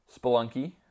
Spelunky